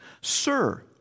Sir